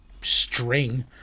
string